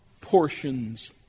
portions